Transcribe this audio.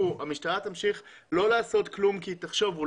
המשטרה תמשיך לא לעשות כלום כי היא תחשוב שזה